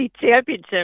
championship